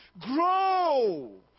Grow